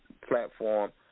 platform